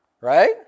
Right